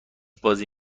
بازی